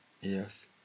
Yes